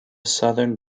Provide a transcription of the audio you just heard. southern